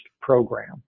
program